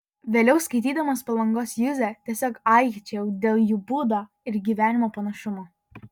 vėliau skaitydamas palangos juzę tiesiog aikčiojau dėl jų būdo ir gyvenimo panašumo